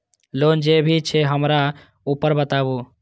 Loan जे भी छे हमरा ऊपर बताबू?